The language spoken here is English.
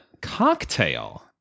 cocktail